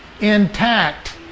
intact